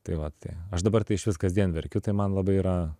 tai vat aš dabar tai išvis kasdien verkiu tai man labai yra